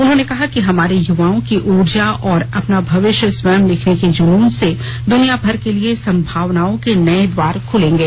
उन्होंने कहा कि हमारे युवाओं की ऊर्जा और अपना भविष्य स्वयं लिखने के जुनून से दुनियाभर के लिए संभावनाओं के नए द्वार खुलेंगे